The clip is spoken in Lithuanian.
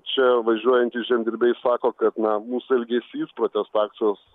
čia važiuojantys žemdirbiai sako kad na mūsų elgesys protesto akcijos